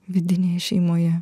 vidinėje šeimoje